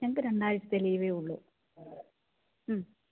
ഞങ്ങൾക്ക് രണ്ടാഴ്ച്ചത്തെ ലീവേ ഉള്ളു മ്മ്